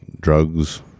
drugs